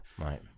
Right